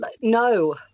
no